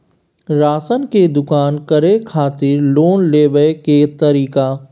Ration के दुकान करै खातिर लोन लेबै के तरीका?